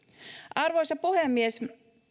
arvoisa puhemies